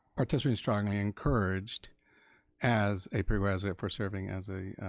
participating strongly encouraged as a prerequisite for serving as a